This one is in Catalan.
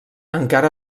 encara